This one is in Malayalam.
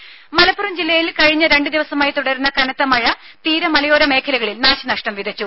രുമ മലപ്പുറം ജില്ലയിൽ കഴിഞ്ഞ രണ്ടു ദിവസമായി തുടരുന്ന കനത്ത മഴ തീര മലയോര മേഖലകളിൽ നാശ നഷ്ടം വിതച്ചു